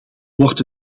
wordt